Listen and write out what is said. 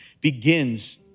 begins